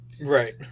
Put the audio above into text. Right